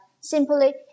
simply